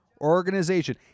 organization